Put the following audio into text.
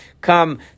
Come